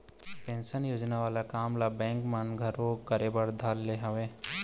pension योजना वाले काम ल बेंक मन घलोक करे बर धर ले हवय